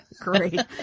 Great